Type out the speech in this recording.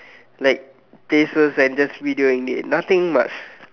like places and just video in it nothing much